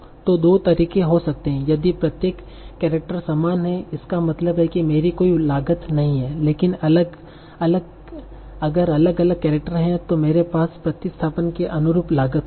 तो दो तरीके हो सकते हैं यदि प्रत्येक केरेक्टर समान है इसका मतलब है कि मेरी कोई लागत नहीं है लेकिन अगर अलग अलग केरेक्टर हैं मेरे पास प्रतिस्थापन के अनुरूप लागत होगी